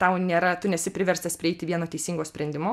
tau nėra tu nesi priverstas prieiti vieno teisingo sprendimo